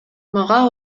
мага